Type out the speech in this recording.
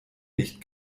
nicht